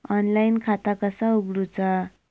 Online खाता कसा उगडूचा?